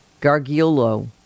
Gargiulo